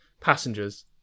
passengers